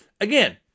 again